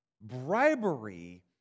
bribery